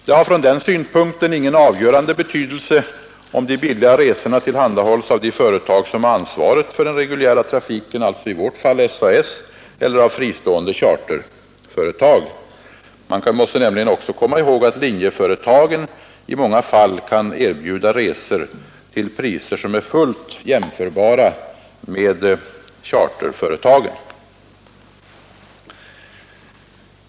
Det har från den synpunkten ingen avgörande betydelse, om de billiga resorna tillhandahålls av ett företag som har ansvaret för den reguljära trafiken, alltså i vårt fall SAS, eller av fristående charterföretag. Man måste nämligen komma ihåg att linjeföretagen i många fall kan erbjuda resor till priser som är fullt jämförbara med charterföretagens.